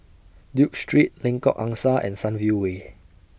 Duke Street Lengkok Angsa and Sunview Way